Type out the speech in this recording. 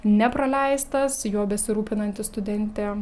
nepraleistas juo besirūpinanti studentė